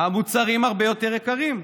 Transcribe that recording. המוצרים הרבה יותר יקרים.